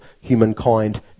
humankind